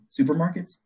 supermarkets